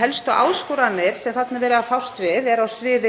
Helstu áskoranir sem þarna er verið að fást við